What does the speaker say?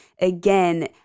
Again